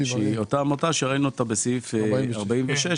שהיא אותה עמותה שראינו בסעיף 46 ברשימה הקודמת.